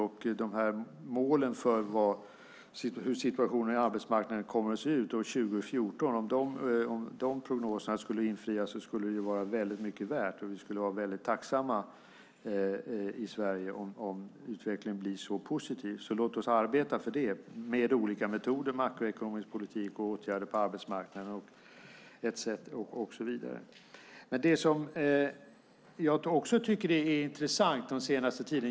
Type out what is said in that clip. Om prognoserna för hur arbetsmarknaden kommer att se ut år 2014 skulle infrias skulle det vara mycket värt, och vi skulle vara väldigt tacksamma i Sverige om utvecklingen blir så positiv. Låt oss därför arbeta för det med olika metoder, makroekonomisk politik, åtgärder på arbetsmarknaden och så vidare.